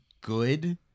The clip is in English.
good